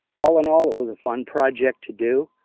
all in all, it was a fun project to do.